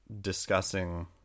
discussing